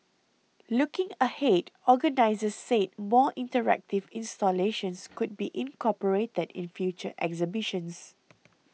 looking ahead organisers said more interactive installations could be incorporated in future exhibitions